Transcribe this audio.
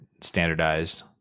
standardized